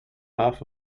half